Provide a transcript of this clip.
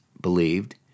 believed